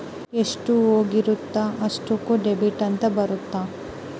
ಎಷ್ಟ ರೊಕ್ಕ ಹೋಗಿರುತ್ತ ಅಷ್ಟೂಕ ಡೆಬಿಟ್ ಅಂತ ಬರುತ್ತ